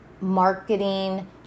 marketing